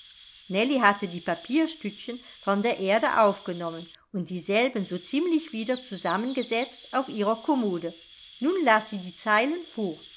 hatte die papierstückchen von der erde aufgenommen und dieselben so ziemlich wieder zusammengesetzt auf ihrer kommode nun las sie die zeilen